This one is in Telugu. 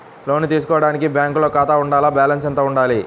లోను తీసుకోవడానికి బ్యాంకులో ఖాతా ఉండాల? బాలన్స్ ఎంత వుండాలి?